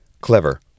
Clever